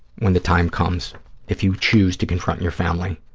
when the time comes if you choose to confront your family,